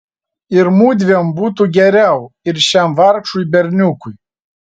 ir mudviem būtų geriau ir šiam vargšui berniukui